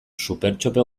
supertxope